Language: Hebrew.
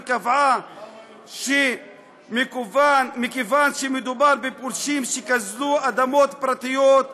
וקבעה שמכיוון שמדובר בפולשים שגזלו אדמות פרטיות,